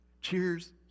cheers